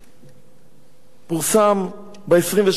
פורסם ב-27 באוקטובר 2010,